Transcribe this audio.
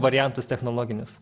variantus technologinius